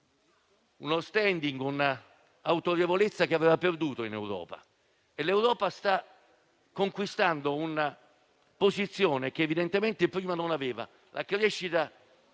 uno *standing* e un'autorevolezza che aveva perduto in Europa e l'Europa sta conquistando un posizione che, evidentemente, prima non aveva. La crescita